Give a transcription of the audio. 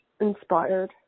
inspired